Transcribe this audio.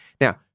Now